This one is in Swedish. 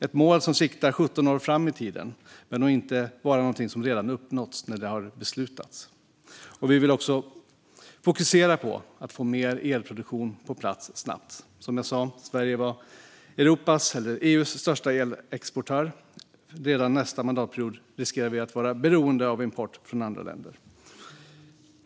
Ett mål som siktar 17 år fram i tiden är nog inte bara något som redan har uppnåtts när det har beslutats. Vi vill också fokusera på att få mer elproduktion på plats snabbt. Sverige var EU:s största elexportör. Redan nästa mandatperiod riskerar vi att vara beroende av import från andra länder.